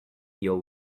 your